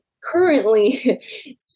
currently